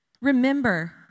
Remember